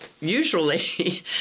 Usually